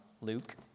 luke